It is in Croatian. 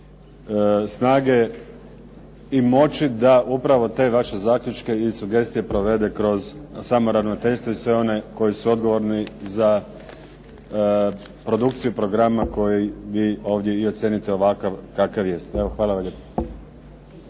snage i moći da upravo te vaše zaključke i sugestije provede kroz samo ravnateljstvo i sve one koji su odgovorni za produkciju programa koji vi ovdje i ocijenite ovakav kakav jest. Evo, hvala